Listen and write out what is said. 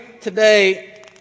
today